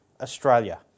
Australia